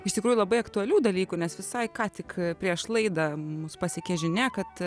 iš tikrųjų labai aktualių dalykų nes visai ką tik prieš laidą mus pasiekė žinia kad